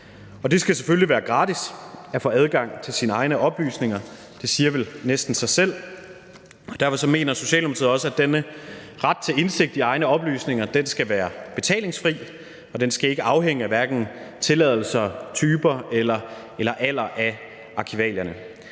Det skal selvfølgelig være gratis at få adgang til sine egne oplysninger, det siger vel næsten sig selv. Derfor mener Socialdemokratiet også, at denne ret til indsigt i egne oplysninger skal være betalingsfri, og den skal hverken afhænge af tilladelser, typer eller alder af arkivalierne.